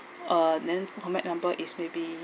uh then contact number is maybe